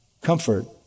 comfort